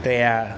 对阿